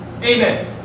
Amen